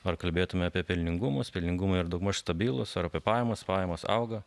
ar kalbėtume apie pelningumus pelningumai yra daugmaž stabilūs ar apie pajamas pajamos auga